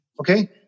Okay